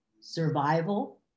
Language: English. survival